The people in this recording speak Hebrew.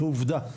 כעובדה,